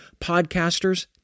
podcasters